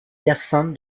hyacinthe